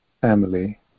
family